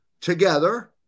together